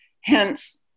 hence